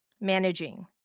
managing